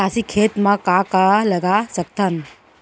मटासी खेत म का का लगा सकथन?